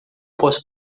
posso